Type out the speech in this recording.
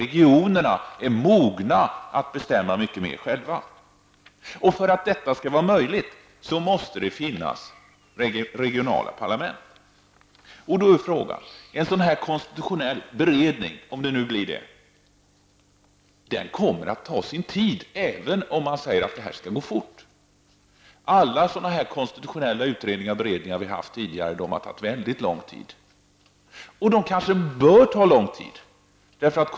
Regionerna är mogna att bestämma mycket mera själva. För att detta skall vara möjligt måste det finnas regionala parlament. Men det kommer att ta tid att genomföra en eventuell konstitutionell beredning. Jag säger detta trots att det sägs att detta skall gå fort. Men när det gäller alla konstitutionella utredningar och beredningar som förekommit tidigare har det ju tagit mycket lång tid. Och kanske är det så, att det bör ta lång tid i det avseendet.